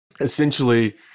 Essentially